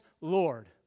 Lord